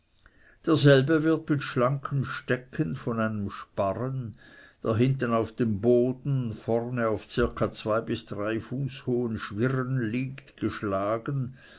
derselbe wird mit schlanken stecken von einem sparren der hinten auf dem boden vornen auf zirka zwei bis drei fuß hohen schwirren liegt geschlagen